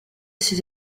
ses